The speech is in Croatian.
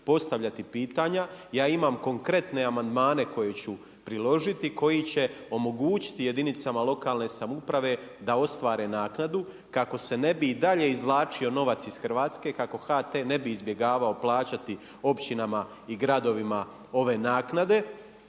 postavljati pitanja, ja imam konkretne amandmane koje ću priložiti, koji će omogućiti jedinicama lokalne samouprave da ostvare naknadu kako se ne bi i dalje izvlačio novac iz Hrvatske, kako HT ne bi izbjegavao plaćati općinama i gradovima ove naknade